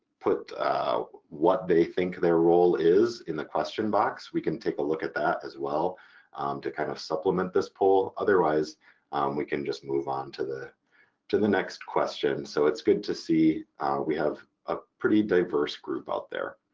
put what they think their role is in the question box, we can take a look at that as well to kind of supplement this poll, otherwise we can just move on to the to the next question. so it's good to see we have a pretty diverse group out there.